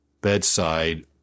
bedside